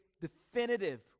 definitive